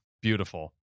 Beautiful